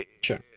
Sure